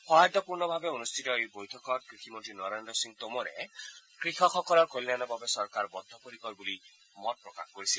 সৌহাৰ্দপূৰ্ণভাৱে অনুষ্ঠিত এই বৈঠকত কৃষিমন্ত্ৰী নৰেন্দ্ৰ সিং টোমৰে কৃষকসকলৰ কল্যাণৰ বাবে চৰকাৰ বদ্ধপৰিকৰ বুলি মত প্ৰকাশ কৰিছিল